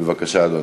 בבקשה, אדוני.